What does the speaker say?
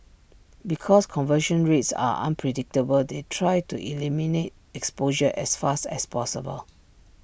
because conversion rates are unpredictable they try to eliminate exposure as fast as possible